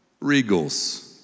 Regals